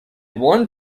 one